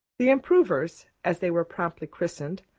the improvers, as they were promptly christened,